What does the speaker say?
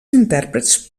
intèrprets